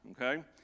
okay